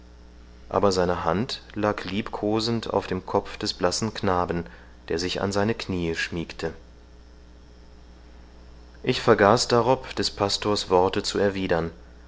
aber seine hand lag liebkosend auf dem kopf des blassen knaben der sich an seine knie schmiegte ich vergaß darob des pastors worte zu erwidern